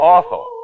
Awful